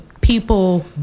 people